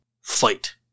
fight